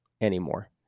anymore